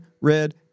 Red